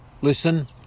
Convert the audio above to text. listen